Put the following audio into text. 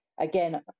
again